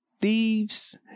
thieves